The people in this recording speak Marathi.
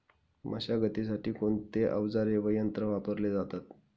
मशागतीसाठी कोणते अवजारे व यंत्र वापरले जातात?